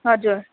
हजुर